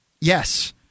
yes